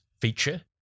feature